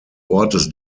ortes